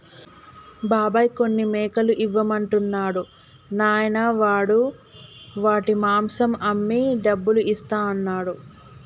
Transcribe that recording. బాబాయ్ కొన్ని మేకలు ఇవ్వమంటున్నాడు నాయనా వాడు వాటి మాంసం అమ్మి డబ్బులు ఇస్తా అన్నాడు